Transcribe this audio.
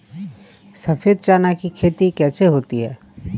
सफेद चना की खेती कैसे होती है?